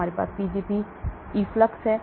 हमारे पास Pgp efflux है